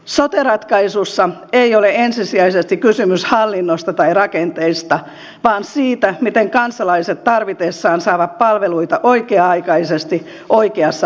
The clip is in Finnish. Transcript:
sote ratkaisussa ei ole ensisijaisesti kysymys hallinnosta tai rakenteista vaan siitä miten kansalaiset tarvitessaan saavat palveluita oikea aikaisesti oikeassa paikassa